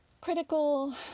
critical